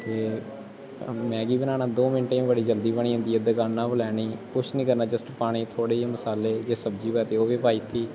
ते मैगी बनाना दो मिन्टें च बड़ी जल्दी बनी जंदी ऐ दकाना परा लैनी कुछ निं करना जस्ट पाने थोह्ड़े जेह् मसाले जे सब्जी होऐ ते ओह् बी पाई दित्ती